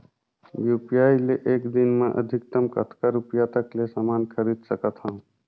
UPI ले एक दिन म अधिकतम कतका रुपिया तक ले समान खरीद सकत हवं?